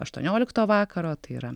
aštuoniolikto vakaro tai yra